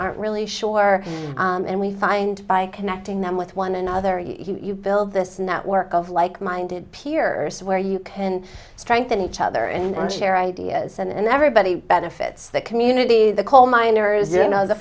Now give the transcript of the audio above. aren't really sure and we find by connecting them with one another you can build this network of like minded peers where you can strengthen each other and share ideas and everybody benefits the community the coal miners didn't know the